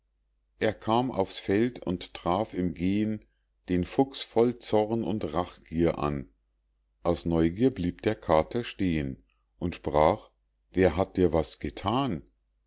er kam auf's feld und traf im gehen den fuchs voll zorn und rachgier an aus neugier blieb der kater stehen und sprach wer hat dir was gethan